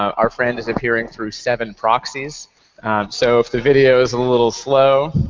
our friend is appearing through seven proxies so if the video is a little slow.